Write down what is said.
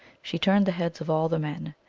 she turned the heads of all the men.